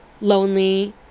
lonely